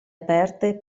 aperte